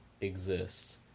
exists